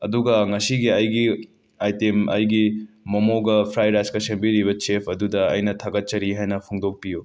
ꯑꯗꯨꯒ ꯉꯁꯤꯒꯤ ꯑꯩꯒꯤ ꯑꯥꯏꯇꯦꯝ ꯑꯩꯒꯤ ꯃꯣꯃꯣꯒ ꯐ꯭ꯔꯥꯏ ꯔꯥꯏꯁꯀ ꯁꯦꯝꯕꯤꯔꯤꯕ ꯆꯦꯞ ꯑꯗꯨꯗ ꯑꯩꯅ ꯊꯥꯒꯠꯆꯔꯤ ꯍꯥꯏꯅ ꯐꯣꯡꯗꯣꯛꯄꯤꯌꯨ